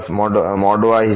y